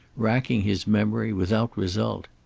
racking his memory, without result.